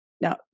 Now